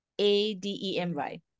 A-D-E-M-Y